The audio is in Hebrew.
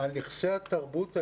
שנכסי התרבות האלה,